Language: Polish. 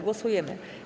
Głosujemy.